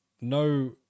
no